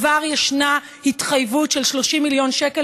כבר ישנה התחייבות ל-30 מיליון שקל